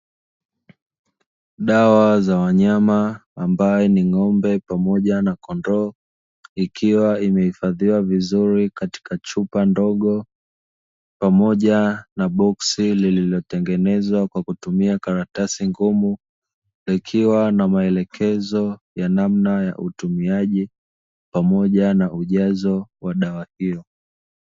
Dawa za wanyama; ambaye ni ng'ombe pamoja na kondoo, ikiwa imehifadhiwa vizuri katika chupa ndogo pamoja na boksi lililotengenezwa kwa kutumia karatasi ngumu, ikiwa na maelekezo ya namna ya utumiaji pamoja na ujazo wa dawa hiyo.